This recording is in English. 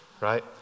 right